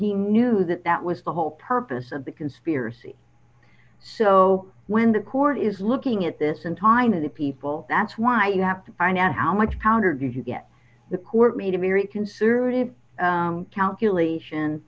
he knew that that was the whole purpose of the conspiracy so when the court is looking at this and talking to the people that's why you have to find out how much counter did you get the court made a very conservative calculation